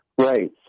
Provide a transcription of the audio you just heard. Right